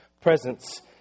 presence